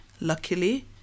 Luckily